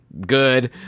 good